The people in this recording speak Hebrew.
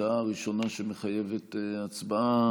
ההודעה הראשונה שמחייבת הצבעה.